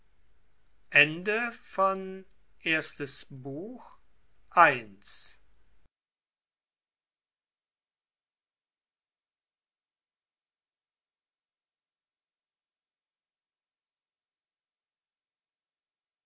erstes buch ich